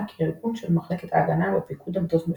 כארגון של מחלקת ההגנה בפיקוד המטות המשולבים,